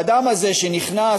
והאדם הזה שנכנס,